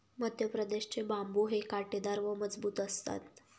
मध्यप्रदेश चे बांबु हे काटेदार व मजबूत असतात